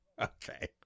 Okay